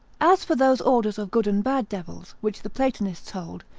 as for those orders of good and bad devils, which the platonists hold,